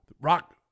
rock